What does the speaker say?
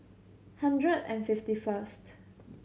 hundred and fifty first